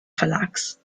verlags